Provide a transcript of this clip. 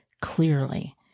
clearly